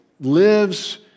lives